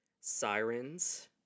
Sirens